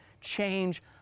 change